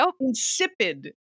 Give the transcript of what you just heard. insipid